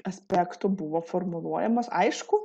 aspektų buvo formuluojamos aišku